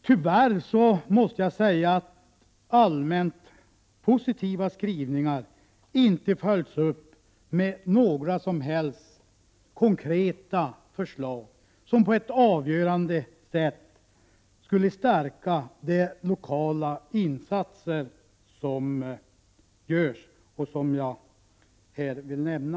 Tyvärr har dessa allmänt positiva skrivningar inte följts upp med några som helst konkreta förslag som på ett avgörande sätt skulle kunna stärka de lokala insatser som görs och som jag här vill nämna.